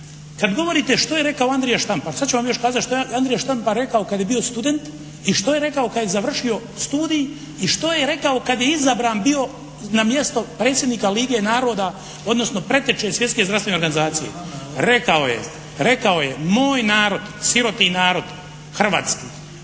kada govorite što je rekao Andrija Štampar, sada ću vam još kazati što je Andrija Štampar rekao kada je bio student i što je rekao kada je završio studij i što je rekao kada je izabran bio na mjesto predsjednika Lige naroda, odnosno preteče Svjetske zdravstvene organizacije. Rekao je moj narod, sirotni narod u hrvatski